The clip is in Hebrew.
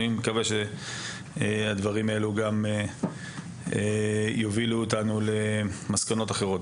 אני מקווה שהדברים האלה יובילו אותנו למסקנות אחרות.